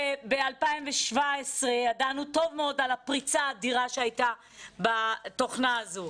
שב-2017 ידענו טוב מאוד על הפריצה האדירה שהייתה בתוכנה הזאת.